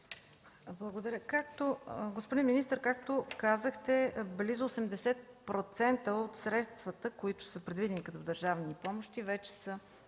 Благодаря. Господин министър, както казахте, близо 80% от средствата, които са предвидени като държавни помощи, вече са